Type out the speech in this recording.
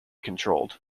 controlled